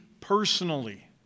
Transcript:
personally